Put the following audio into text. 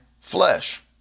flesh